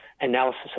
analysis